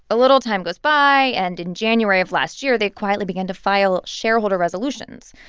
a little time goes by, and in january of last year, they quietly began to file shareholder resolutions,